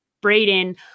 Braden